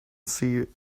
see